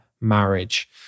marriage